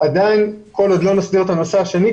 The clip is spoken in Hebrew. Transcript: עדיין כל עוד לא נסדיר את המצב השני,